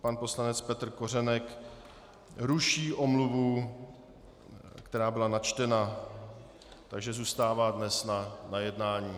Pan poslanec Petr Kořenek ruší omluvu, která byla načtena, takže zůstává dnes na jednání.